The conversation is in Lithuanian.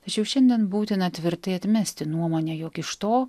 tačiau šiandien būtina tvirtai atmesti nuomonę jog iš to